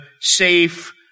safe